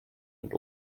und